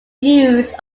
views